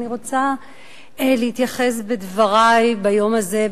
אני רוצה להתייחס בדברי ביום הזה,